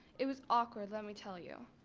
it was awkward let me tell you.